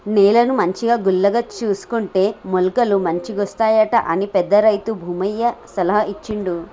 నేలను మంచిగా గుల్లగా చేసుకుంటే మొలకలు మంచిగొస్తాయట అని పెద్ద రైతు భూమయ్య సలహా ఇచ్చిండు